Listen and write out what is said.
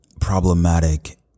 problematic